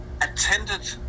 attended